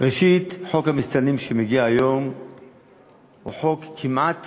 ראשית, חוק המסתננים שמגיע היום הוא חוק כמעט